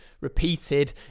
repeated